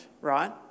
right